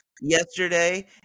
yesterday